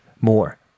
more